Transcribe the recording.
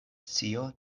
scio